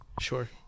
Sure